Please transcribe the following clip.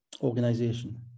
organization